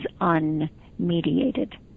unmediated